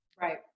right